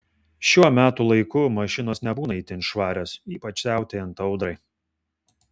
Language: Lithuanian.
šiuo metų laiku mašinos nebūna itin švarios ypač siautėjant audrai